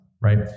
right